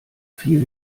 viel